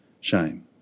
shame